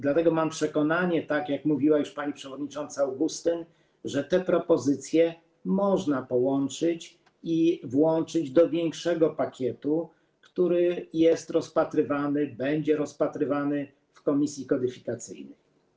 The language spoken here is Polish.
Dlatego mam przekonanie - jak mówiła już pani przewodnicząca Augustyn - że te propozycje można połączyć i włączyć do większego pakietu, który będzie rozpatrywany w komisji kodyfikacyjnej.